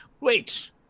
Wait